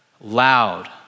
loud